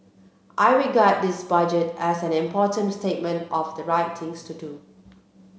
I regard this budget as an important statement of the right things to do